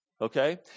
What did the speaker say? okay